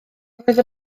roedd